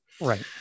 Right